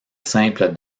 simple